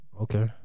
Okay